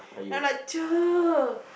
and I'm like cher